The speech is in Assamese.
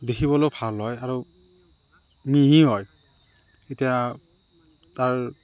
দেখিবলৈ ভাল হয় আৰু মিহি হয় এতিয়া তাৰ